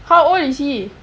how old is he